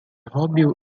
hobio